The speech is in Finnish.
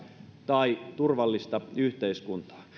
tai turvallista yhteiskuntaa